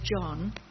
John